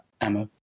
ammo